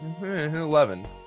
Eleven